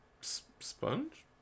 Sponge